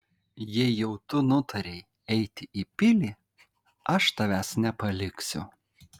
jei jau tu nutarei eiti į pilį aš tavęs nepaliksiu